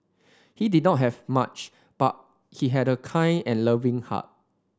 he did not have much but he had a kind and loving heart